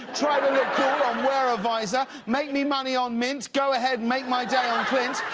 try to look cool on wear a visor, make me money on mint, go ahead, make my day on clint,